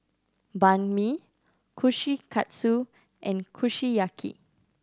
Banh Mi Kushikatsu and Kushiyaki